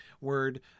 word